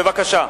בבקשה.